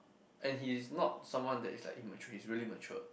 and he is not someone that is like immature he is really mature